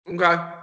Okay